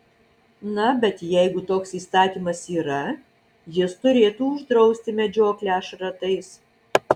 na bet jeigu toks įstatymas yra jis turėtų uždrausti medžioklę šratais